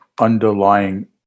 underlying